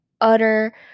utter